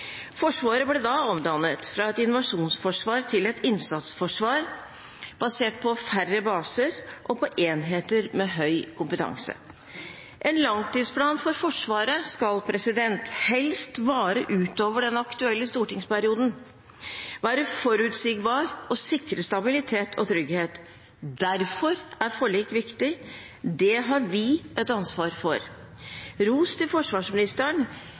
Forsvaret ble da omdannet fra et invasjonsforsvar til et innsatsforsvar basert på færre baser og på enheter med høy kompetanse. En langtidsplan for Forsvaret skal helst vare utover den aktuelle stortingsperioden, være forutsigbar og sikre stabilitet og trygghet. Derfor er forlik viktig. Det har vi et ansvar for. Jeg vil gi ros til forsvarsministeren